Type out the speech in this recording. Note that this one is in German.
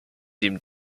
dem